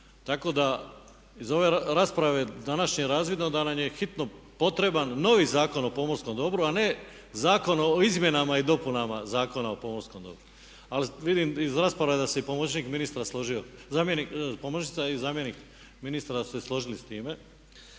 tako da iz ove rasprave današnje je razvidno da nam je hitno potreban novi Zakon o pomorskom dobru a ne zakon o izmjenama i dopunama Zakona o pomorskom dobru. Ali vidim iz rasprave da se i pomoćnik ministra složio,